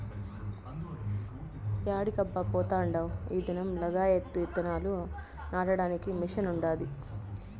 యాడికబ్బా పోతాండావ్ ఈ దినం లగాయత్తు ఇత్తనాలు నాటడానికి మిషన్ ఉండాది